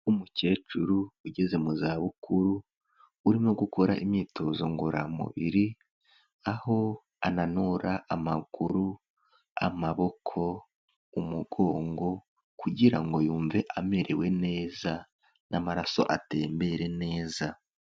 Umukecuru ugeze mu zabukuru, urimo gukora imyitozo ngororamubiri, aho ananura amaguru, amaboko, umugongo kugira ngo yumve amerewe neza n'amaraso atembere neza.